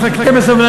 אז חכה בסבלנות.